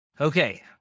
okay